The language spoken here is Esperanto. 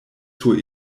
sur